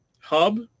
hub